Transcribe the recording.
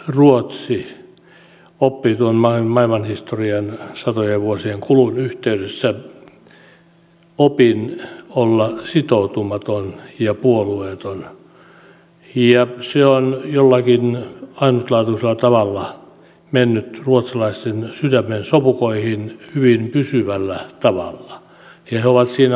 minusta ruotsi oppi tuon maailmanhistorian satojen vuosien kulun yhteydessä opin olla sitoutumaton ja puolueeton ja se on jollakin ainutlaatuisella tavalla mennyt ruotsalaisten sydämensopukoihin hyvin pysyvällä tavalla ja he ovat siinä onnistuneet